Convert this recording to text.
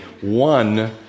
one